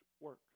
work